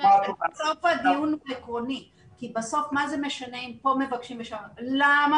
בסוף הדיון הוא עקרוני כי בסוף מה זה משנה אם פה מבקשים ושם למה